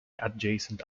adjacent